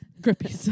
Grippy